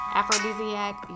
aphrodisiac